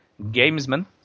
gamesman